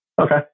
Okay